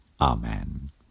Amen